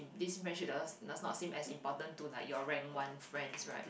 this relationship does does not seem as important to like your rank one friends right